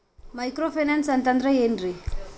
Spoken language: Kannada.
ಮೈಕ್ರೋ ಫೈನಾನ್ಸ್ ಅಂತಂದ್ರ ಏನ್ರೀ?